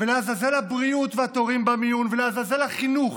לעזאזל הבריאות והתורים במיון ולעזאזל החינוך